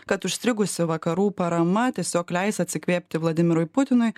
kad užstrigusi vakarų parama tiesiog leis atsikvėpti vladimirui putinui